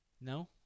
No